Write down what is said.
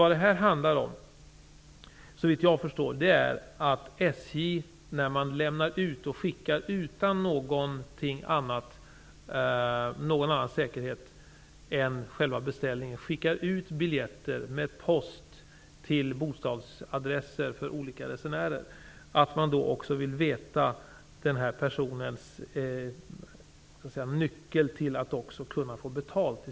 Det här handlar om, såvitt jag förstår, att SJ när man skickar ut biljetter, utan någon säkerhet, med post till bostadsadresser för olika resenärer, också vill veta personens nyckel för att få betalt.